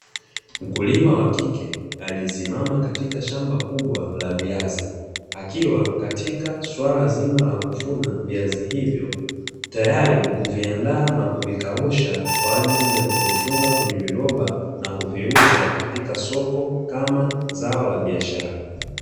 Mkulima wa kike, aliyesimama katika shamba kubwa la viazi, akiwa katika suala zima la kuvuna viazi hivyo, tayari kuviandaa na kuvikausha kwa ajili ya kuvifunga kwenye viroba na kuviuza katika soko kama zao la biashara.